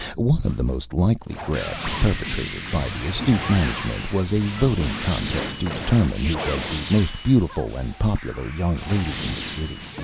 one of the most likely grafts perpetrated by the astute management was a voting contest to determine who was the most beautiful and popular young lady in the city.